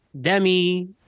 Demi